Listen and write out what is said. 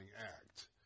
act